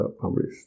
published